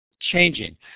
changing